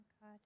God